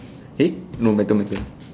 eh no my turn my turn